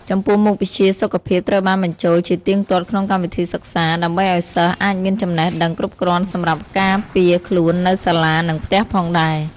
ចំពោះមុខវិជ្ជាសុខភាពត្រូវបានបញ្ចូលជាទៀងទាត់ក្នុងកម្មវិធីសិក្សា ដើម្បីឲ្យសិស្សអាចមានចំណេះដឹងគ្រប់គ្រាន់សម្រាប់ការពារខ្លួននៅសាលា និងផ្ទះផងដែរ។